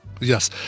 Yes